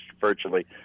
virtually